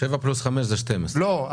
שבע פלוס חמש, זה 12. לא.